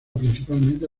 principalmente